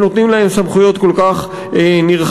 שנותנים להן סמכויות כל כך נרחבות.